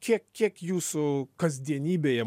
kiek kiek jūsų kasdienybėje